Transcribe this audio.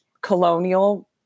colonial